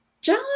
John